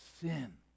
sin